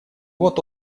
вот